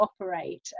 operate